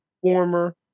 former